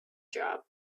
job